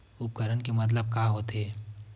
उपकरण के मतलब का होथे?